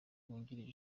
wungirije